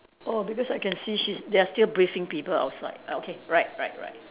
oh because I can see she's they are still briefing people outside ah okay right right right